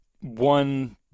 one